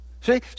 See